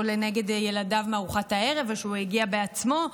לנגד עיני ילדיו מארוחת הערב או שהוא הגיע בעצמו?